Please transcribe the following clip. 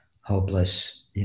hopeless